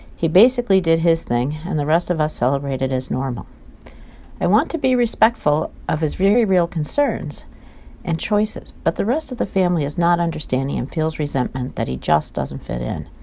he basically did his thing and the rest of us celebrated as normal i want to be respectful of his very real concerns and choices, but the rest of the family is not understanding and feels resentment that he just doesn't fit in.